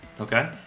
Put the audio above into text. Okay